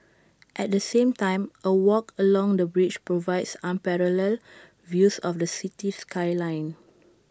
at the same time A walk along the bridge provides unparalleled views of the city skyline